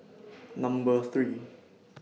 Number three